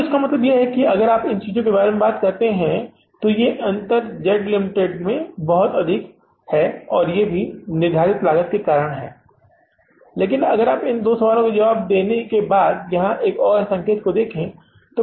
तो इसका मतलब है कि अगर आप इन चीजों के बारे में बात करते हैं तो ये अंतर जेड लिमिटेड में बहुत अधिक निर्धारित लागत के कारण ब्रेक इवन पॉइंट्स में भी सामने आते हैं लेकिन आप इन दो सवालों के जवाब के बाद यहां एक और संकेत देखते हैं